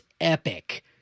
epic